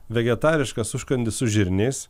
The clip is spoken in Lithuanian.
vegetariškas užkandis su žirniais